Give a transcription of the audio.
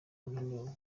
wananiwe